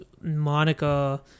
monica